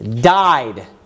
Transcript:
died